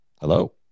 Hello